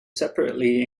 separately